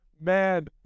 man